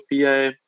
pa